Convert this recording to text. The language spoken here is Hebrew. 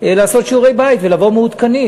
לעשות שיעורי-בית ולבוא מעודכנים.